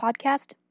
Podcast